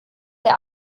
der